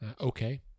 Okay